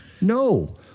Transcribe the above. No